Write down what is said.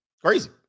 Crazy